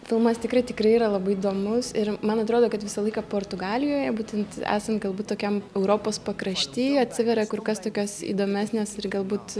filmas tikrai tikrai yra labai įdomus ir man atrodo kad visą laiką portugalijoje būtent esant galbūt tokiam europos pakrašty atsiveria kur kas tokios įdomesnės ir galbūt